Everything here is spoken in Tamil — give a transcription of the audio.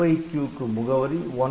FIQ க்கு முகவரி '1C'